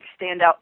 standout